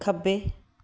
ਖੱਬੇ